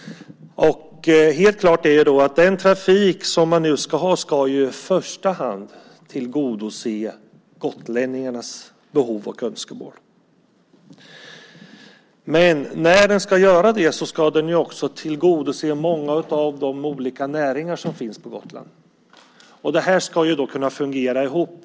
Helt klart är att den trafik man nu ska ha i första hand ska tillgodose gotlänningarnas behov och önskemål. När den ska göra det ska den också tillgodose många av de olika näringar som finns på Gotland. Det ska kunna fungera ihop.